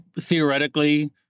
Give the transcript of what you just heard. theoretically